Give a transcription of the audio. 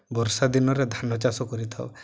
ବର୍ଷା ଦିନରେ ଧାନ ଚାଷ କରିଥାଉ